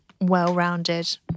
well-rounded